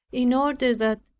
in order that,